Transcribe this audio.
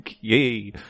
Yay